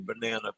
banana